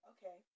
Okay